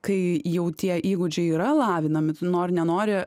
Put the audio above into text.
kai jau tie įgūdžiai yra lavinami nori nenori